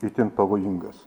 itin pavojingas